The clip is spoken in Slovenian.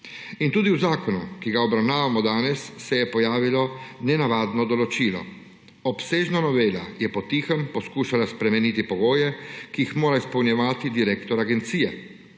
In tudi v zakonu, ki ga obravnavamo danes, se je pojavilo nenavadno določilo – obsežna novela je potihoma poskušala spremeniti pogoje, ki jih mora izpolnjevati direktor agencije.